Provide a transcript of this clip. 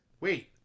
wait